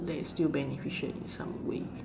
that is still beneficial in some way